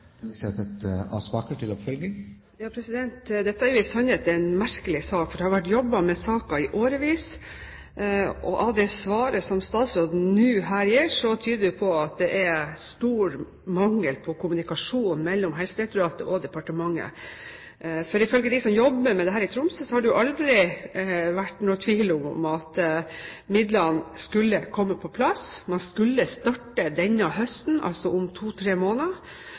Dette er jo i sannhet en merkelig sak, for det har vært jobbet med saken i årevis. Det svaret som statsråden nå gir, tyder på at det er stor mangel på kommunikasjon mellom Helsedirektoratet og departementet. Ifølge de som jobber med dette i Tromsø, har det aldri vært noen tvil om at midlene skulle komme på plass. Man skulle starte denne høsten, altså om to–tre måneder.